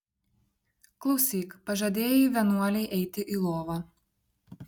klausyk pažadėjai vienuolei eiti į lovą